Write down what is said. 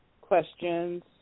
Questions